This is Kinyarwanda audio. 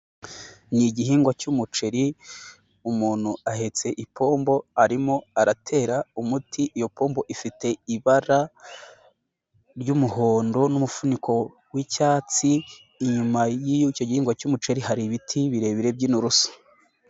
Ni igihingwa cy'umuceri, umuntu ahetse ipombo, arimo aratera umuti, iyo pombo ifite ibara ry'umuhondo n'umufuniko w'icyatsi, inyuma y'icyo gihingwa cy'umuceri hari ibiti birebire by'inturusu.